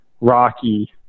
rocky